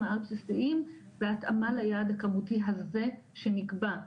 העל בסיסיים בהתאמה ליעד הכמותי הזה שנקבע,